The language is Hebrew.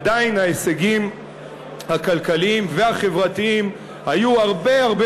עדיין ההישגים הכלכליים והחברתיים היו הרבה הרבה